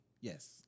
Yes